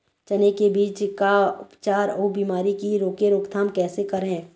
चने की बीज का उपचार अउ बीमारी की रोके रोकथाम कैसे करें?